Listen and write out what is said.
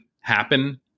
happen